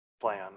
plan